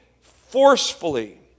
forcefully